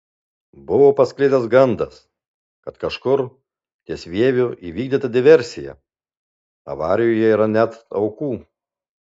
buvo pasklidęs gandas kad kažkur ties vieviu įvykdyta diversija avarijoje yra net aukų